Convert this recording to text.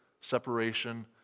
separation